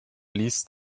ließ